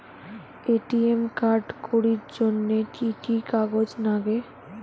ATM card করির জন্যে কি কি কাগজ নাগে?